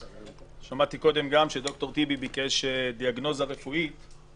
שמעתי קודם שחבר הכנסת טיבי ביקש דיאגנוזה רפואית.